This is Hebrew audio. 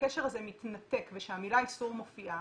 שהקשר הזה מתנתק ושהמילה אסור מופיעה,